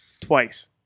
twice